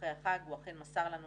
אחרי החג, הוא אכן מסר לנו